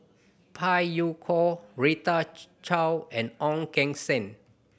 Phey Yew Kok Rita Chao and Ong Keng Sen